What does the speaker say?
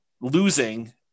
losing